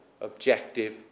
objective